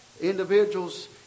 individuals